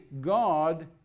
God